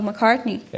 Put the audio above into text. McCartney